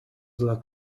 dla